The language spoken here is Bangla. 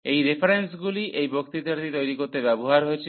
এই রেফারেন্সগুলি এই বক্তৃতাটি তৈরি করতে ব্যবহৃত হয়েছিল